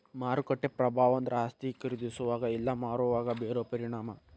ಮಾರುಕಟ್ಟೆ ಪ್ರಭಾವ ಅಂದ್ರ ಆಸ್ತಿ ಖರೇದಿಸೋವಾಗ ಇಲ್ಲಾ ಮಾರೋವಾಗ ಬೇರೋ ಪರಿಣಾಮ